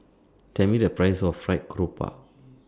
Tell Me The Price of Fried Garoupa